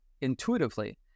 intuitively